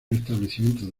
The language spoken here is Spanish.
establecimiento